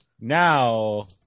Now